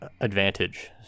advantage